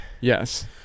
yes